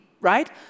right